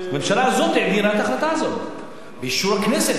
הממשלה הזאת העבירה את ההחלטה הזאת באישור הכנסת.